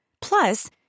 Plus